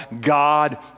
God